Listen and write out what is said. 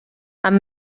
amb